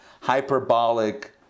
hyperbolic